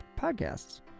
podcasts